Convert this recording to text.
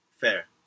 fair